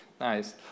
Nice